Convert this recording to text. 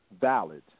valid